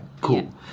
cool